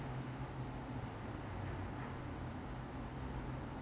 so I choose nearer to my place and of course you must look at timing lah you cannot miss the timing lah